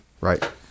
Right